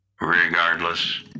Regardless